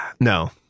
No